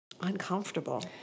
uncomfortable